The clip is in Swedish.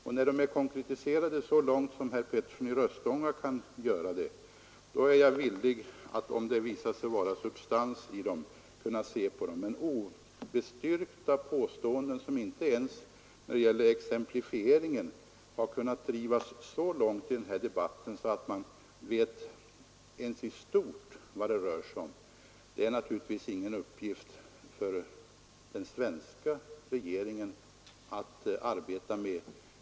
Och när de är konkretiserade så långt som herr Petersson i Röstånga kan göra det är jag villig att, om det visar sig vara substans i dem, titta på dem. Men obestyrkta påståenden som inte ens när det gäller exemplifieringen har kunnat drivas så långt i denna debatt att man ens i stort vet vad det rör sig om är naturligtvis ingen uppgift för den svenska regeringen att arbeta med.